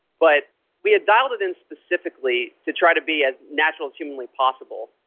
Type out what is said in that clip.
but we had dialed it in specifically to try to be as natural as humanly possible.